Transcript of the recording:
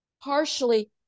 partially